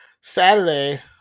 saturday